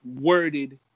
worded